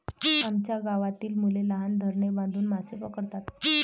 आमच्या गावातील मुले लहान धरणे बांधून मासे पकडतात